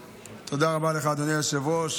תודה רבה לך, אדוני היושב-ראש.